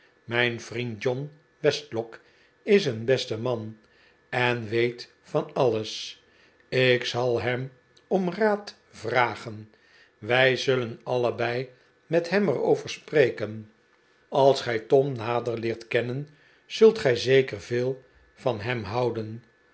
mijn vriend john westlock is een beste man en weet van alles ik zal hem om raad vragen wij zullen allebei met hem er over spreken als gij john nader leert kennen zult gij zeker veel van hem houden